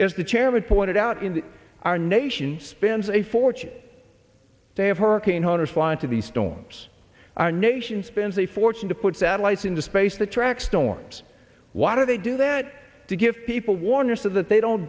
is the chairman pointed out in the our nation spends a fortune to have hurricane hunters fly into these storms our nation spends a fortune to put satellites into space that track storms why do they do that to give people warner so that they don't